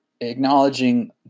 acknowledging